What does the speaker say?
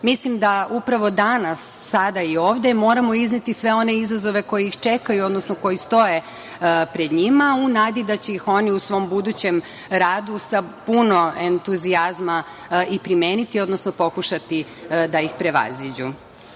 mislim da upravo danas, sada i ovde moramo izneti sve one izazove koji ih čekaju, odnosno koji stoje pred njima u nadi da će ih oni u svom budućem radu sa puno entuzijazma i primeniti, odnosno pokušati da iz